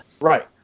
Right